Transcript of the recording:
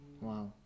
Wow